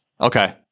Okay